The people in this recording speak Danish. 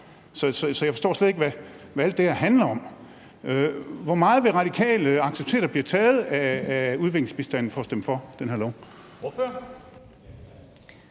Så jeg forstår slet ikke, hvad alt det her handler om. Hvor meget vil Radikale acceptere der bliver taget af udviklingsbistanden for at stemme for det her